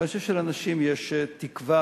ואני חושב שלאנשים יש תקווה,